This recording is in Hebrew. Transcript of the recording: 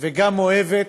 וגם אוהבת.